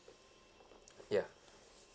ya